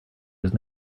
just